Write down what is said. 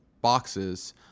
boxes